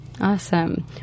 Awesome